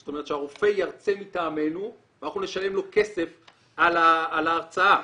זאת אומרת שהרופא ירצה מטעמנו ואנחנו נשלם לו כסף על ההרצאה.